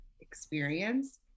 experience